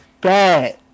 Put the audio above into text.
bad